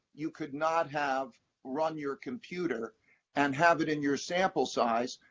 you could not have run your computer and have it in your sample size,